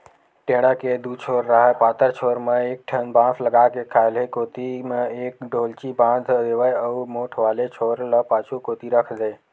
टेंड़ा के दू छोर राहय पातर छोर म एक ठन बांस लगा के खाल्हे कोती म एक डोल्ची बांध देवय अउ मोठ वाले छोर ल पाछू कोती रख देय